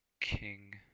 King